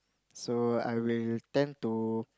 so I will tend to